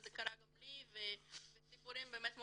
וזה קרה גם לי ועולים סיפורים מאוד קשים.